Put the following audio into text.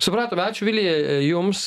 supratome ačiū vilija jums